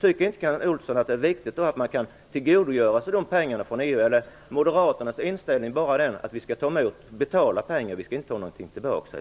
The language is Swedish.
Tycker inte Kent Olsson att det är viktigt att man kan tillgodogöra sig de pengarna från EU? Är det moderaternas inställning att vi bara skall betala pengar men inte ha någonting tillbaka?